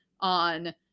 on